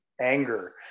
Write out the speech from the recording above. anger